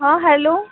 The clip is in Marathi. हां हॅलो